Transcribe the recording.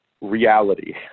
reality